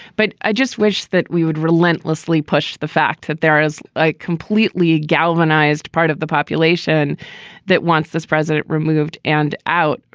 but i just wish that we would relentlessly push the fact that there is a completely galvanized part of the population that wants this president removed and out,